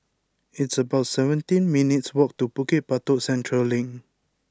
it's about seventeen minutes' walk to Bukit Batok Central Link